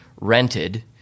rented